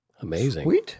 Amazing